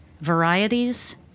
varieties